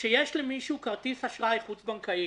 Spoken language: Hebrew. כשיש למישהו כרטיס אשראי חוץ בנקאי